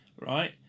right